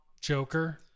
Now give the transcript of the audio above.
Joker